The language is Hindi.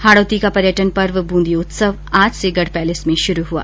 हाड़ौती का पर्यटन पर्व ब्रंदी उत्सव आज से गढ पैलेस में शुरू हुआ